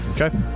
Okay